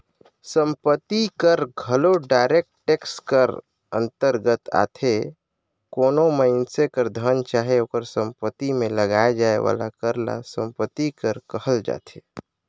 संपत्ति कर घलो डायरेक्ट टेक्स कर अंतरगत आथे कोनो मइनसे कर धन चाहे ओकर सम्पति में लगाए जाए वाला कर ल सम्पति कर कहल जाथे